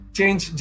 Change